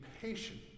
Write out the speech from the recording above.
patient